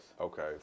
Okay